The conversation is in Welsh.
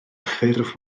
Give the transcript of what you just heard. ffurf